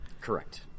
Correct